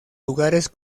lugares